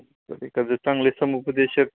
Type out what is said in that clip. तर एखादं चांगले समुपदेशक